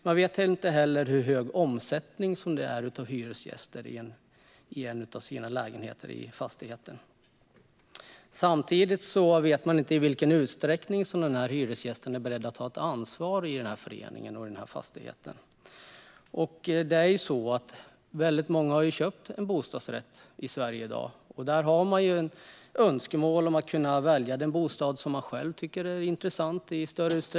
Man vet inte heller hur hög omsättning det är på hyresgäster i en av lägenheterna i ens fastighet. Samtidigt vet man inte i vilken utsträckning de här hyresgästerna är beredda att ta ansvar i föreningen och för fastigheten. Väldigt många i Sverige har köpt en bostadsrätt. Man har ett önskemål om att kunna välja den bostad som man själv i större utsträckning tycker är intressant.